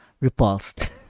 repulsed